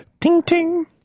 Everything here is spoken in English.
ting-ting